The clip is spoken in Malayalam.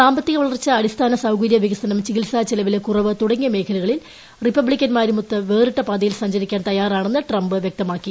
സാമ്പ്രിത്തിക വളർച്ച അടിസ്ഥാന സൌകര്യ വികസനം ചികിൽസാ ചെല്പ്പിലെ കുറവ് തുടങ്ങിയ മേഖലകളിൽ റിപ്പബ്ലിക്കൻമാരുമൌത്ത് വേറിട്ട പാതയിൽ സഞ്ചരിക്കാൻ തയ്യാറാണ്ണെന്നു് ട്രെംപ് വ്യക്തമാക്കി